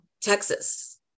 Texas